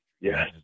Yes